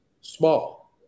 small